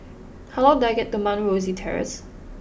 how long do I get to Mount Rosie Terrace